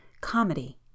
comedy